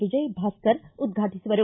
Vijay Bhaskar ಉದ್ವಾಟಿಸುವರು